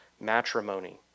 matrimony